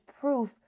proof